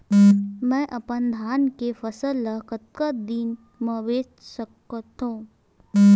मैं अपन धान के फसल ल कतका दिन म बेच सकथो?